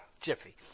Jiffy